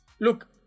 Look